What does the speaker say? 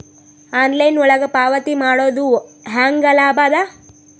Online ಒಳಗ ಪಾವತಿ ಮಾಡುದು ಹ್ಯಾಂಗ ಲಾಭ ಆದ?